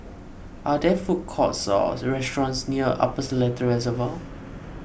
are there food courts or restaurants near Upper Seletar Reservoir